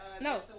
No